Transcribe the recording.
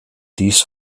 dies